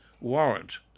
warrant